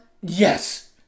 Yes